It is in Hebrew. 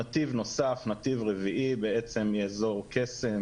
נתיב נוסף, נתיב רביעי מאזור קסם